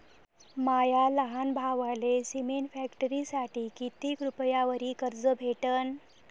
माया लहान भावाले सिमेंट फॅक्टरीसाठी कितीक रुपयावरी कर्ज भेटनं?